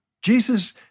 Jesus